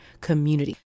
community